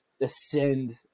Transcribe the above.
ascend